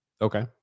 Okay